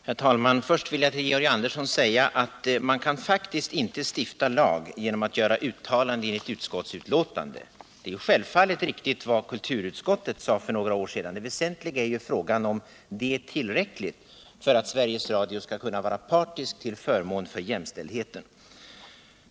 Herr talman! Först vill jag till Georg Andersson säga att man faktiskt inte kan stifta lagar genom att göra uttalanden i ett utskottsbetänkande. Det är självfallet riktigt vad kulturutskottet sade för några år sedan, men det väsentliga är om det är tillräckligt för att Sveriges Radio skall kunna vara partisk till förmån för jämställdheten.